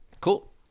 Cool